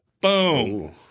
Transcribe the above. Boom